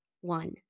one